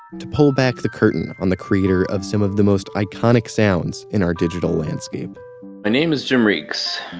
to pull back the curtain on the creator of some of the most iconic sounds in our digital landscape my name is jim reekes.